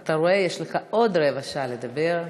אתה רואה, יש לך עוד רבע שעה לדבר.